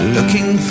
Looking